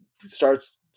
starts